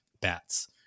bats